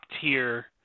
tier